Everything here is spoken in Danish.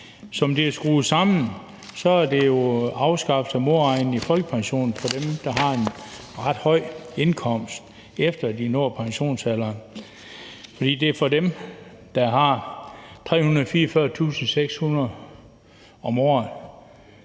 Som det er skruet sammen, er det jo afskaffelse af modregning i folkepensionen for dem, der har en ret høj indkomst, efter at de har nået pensionsalderen, fordi det er for dem, der har 344.600 kr. om året